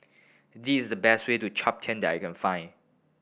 this is the best way to Chaptian that I can find